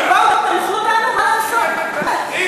בואו תנחו אותנו מה לעשות, באמת.